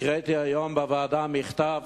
הקראתי היום בוועדה מכתב